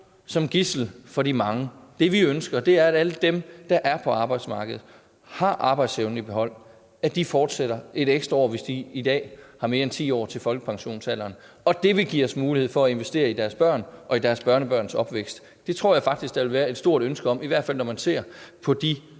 som gidsel for de mange. Det, vi ønsker, er, at alle dem, der er på arbejdsmarkedet og har arbejdsevnen i behold, fortsætter et ekstra år, hvis de i dag har mere end 10 år til folkepensionsalderen. Det vil give os mulighed for at investere i deres børn og deres børnebørns opvækst. Det tror jeg faktisk der vil være et stort ønske om, i hvert fald når man ser på de